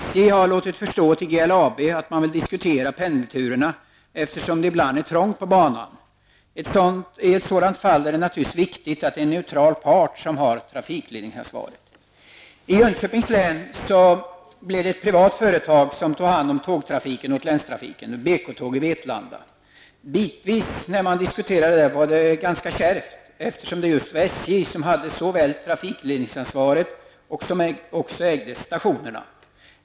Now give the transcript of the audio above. SJ har låtit GLAB förstå att man vill diskutera pendelturerna, eftersom det ibland är trångt på banan. I ett sådant fall är det naturligtvis viktigt att det är en neutral part som har trafikledningsansvaret. Vetlanda. Bitvis var de diskussionerna ganska kärva, eftersom just SJ såväl hade trafikledningsansvaret som ägde stationerna.